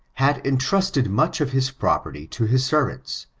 had entrusted much of his property to his servants,